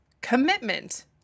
commitment